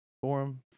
forum